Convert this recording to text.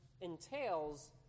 entails